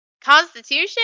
Constitution